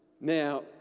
Now